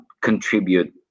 contribute